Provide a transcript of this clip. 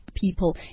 people